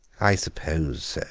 i suppose so